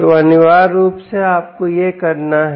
तो अनिवार्य रूप से आपको यह करना है